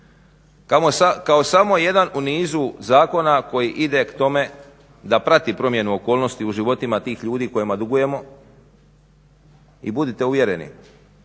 kao samo jedan u nizu zakona koji ide k tome da prati promjenu okolnosti u životima tih ljudi kojima dugujemo i budite uvjereni